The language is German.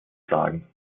sagen